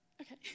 Okay